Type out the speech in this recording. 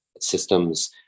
systems